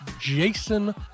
Jason